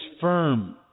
firm